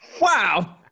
Wow